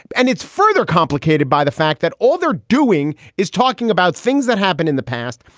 and it's further complicated by the fact that all they're doing is talking about things that happened in the past,